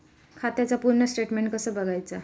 खात्याचा पूर्ण स्टेटमेट कसा बगायचा?